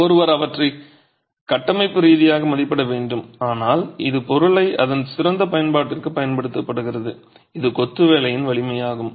ஒருவர் அவற்றை கட்டமைப்பு ரீதியாக மதிப்பிட வேண்டும் ஆனால் இது பொருளை அதன் சிறந்த பயன்பாட்டிற்கு பயன்படுத்துகிறது இது கொத்துவேலையின் வலிமையாகும்